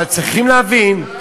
אבל צריכים להבין,